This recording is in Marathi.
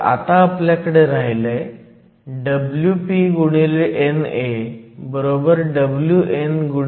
तर आता आपल्याकडे राहिलंय Wp NA Wn ND